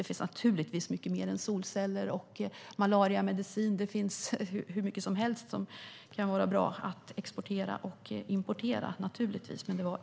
Det finns naturligtvis mycket mer än solceller och malariamedicin. Det finns hur mycket som helst som kan vara bra att exportera och importera. Det var just exempel.